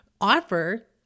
offer